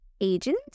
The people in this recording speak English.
agent